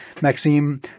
Maxime